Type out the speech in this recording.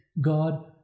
God